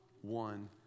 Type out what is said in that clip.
one